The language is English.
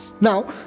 Now